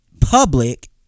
public